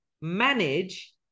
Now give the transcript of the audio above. manage